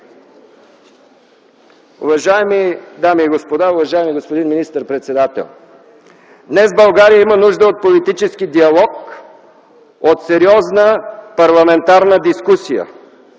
Уважаеми дами и господа, уважаеми господин министър-председател! Днес България има нужда от политически диалог и сериозна парламентарна дискусия,